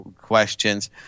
questions